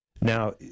Now